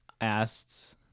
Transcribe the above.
asked